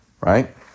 right